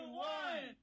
one